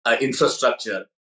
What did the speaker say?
infrastructure